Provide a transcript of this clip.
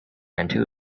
into